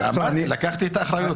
הטבלה שמצורפת